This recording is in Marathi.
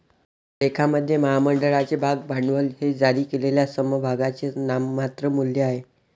लेखामध्ये, महामंडळाचे भाग भांडवल हे जारी केलेल्या समभागांचे नाममात्र मूल्य आहे